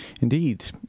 Indeed